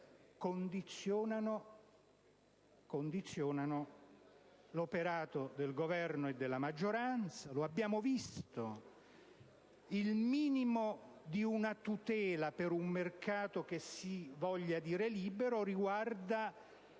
condizionano l'operato del Governo e della maggioranza. Lo abbiamo visto. Il minimo di tutela per un mercato che si dichiara libero riguarda